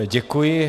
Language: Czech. Děkuji.